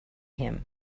him